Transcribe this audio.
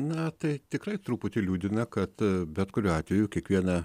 na tai tikrai truputį liūdina kad bet kuriuo atveju kiekviena